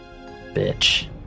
Bitch